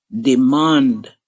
demand